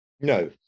No